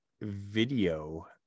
video